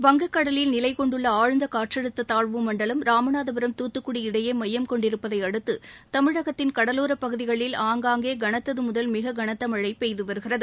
வங்கக் கடலில் நிலை கொண்டுள்ள ஆழ்ந்த காற்றழுத்த தாழ்வு மண்டலம் ராமநாதபுரம் தூத்துக்குடி இடையே மையம் கொண்டிருப்பதை அடுத்து தமிழகத்தின் கடலோரப் பகுதிகளில் ஆங்களங்கே கனத்து முதல் மிக கனத்த மழை பெய்து வருகிறது